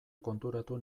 konturatu